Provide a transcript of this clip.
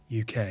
UK